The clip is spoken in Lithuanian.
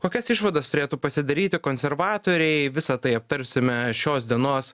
kokias išvadas turėtų pasidaryti konservatoriai visa tai aptarsime šios dienos